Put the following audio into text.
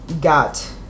got